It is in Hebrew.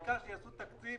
העיקר שיעשו תקציב